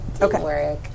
Okay